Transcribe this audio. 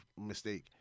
mistake